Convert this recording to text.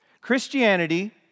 Christianity